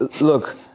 Look